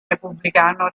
repubblicano